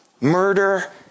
murder